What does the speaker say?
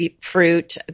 fruit